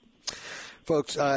Folks